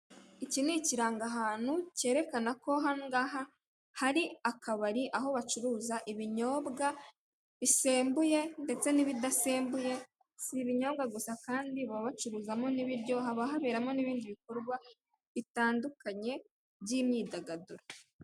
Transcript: Iki ni ikirangahantu cyerekana ko aha ngaha hari akabari, aho bacuruza ibinyobwa bisembuye ndetse n'ibidasembuye, si ibinyobwa gusa kandi baba bacuruzamo n'ibiryo, haba haberamo n'ibindi bikorwa bitandukanye by'imyidagaduro.